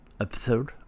episode